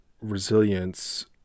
resilience